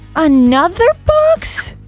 another box?